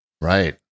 right